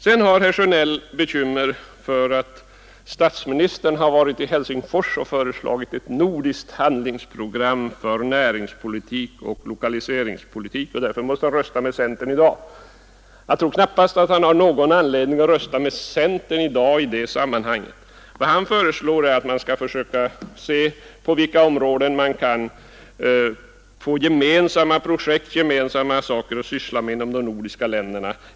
Sedan har herr Sjönell bekymmer för att statsministern varit i Helsingfors och föreslagit ett nordiskt handlingsprogram för näringsoch lokaliseringspolitiken. Då menade herr Sjönell att statsministern måste rösta med centern i dag. Jag tror knappast att han har någon anledning till det. Vad statsministern föreslår är att man skall undersöka på vilka områden man kan få gemensamma projekt och gemensamma saker att syssla med i de nordiska länderna.